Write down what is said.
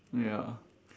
ya